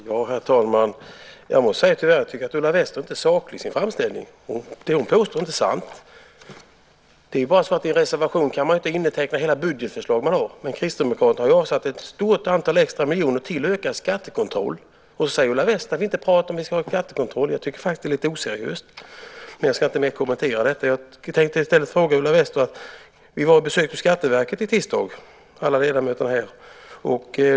Herr talman! Jag måste tyvärr säga att jag inte tycker att Ulla Wester är saklig i sin framställning. Det hon påstår är inte sant. Det är bara så att man i en reservation inte kan täcka in hela budgetförslaget, men Kristdemokraterna har avsatt ett stort antal extra miljoner till ökad skattekontroll. Sedan säger Ulla Wester att vi inte vill ha skattekontroll. Jag tycker faktiskt att det är lite oseriöst, men jag ska inte kommentera det mera. Vi besökte Skatteverket i tisdags, alla ledamöterna här.